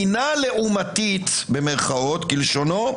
אם זה לא בתחומי מדינת ישראל לפחות ששם לא יתערב.